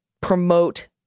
promote